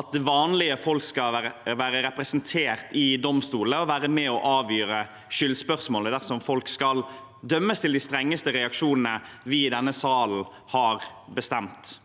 at vanlige folk skal være representert i domstolene og være med og avgjøre skyldspørsmålet dersom folk skal dømmes til de strengeste reaksjonene vi i denne salen har bestemt.